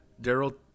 Daryl